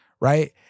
right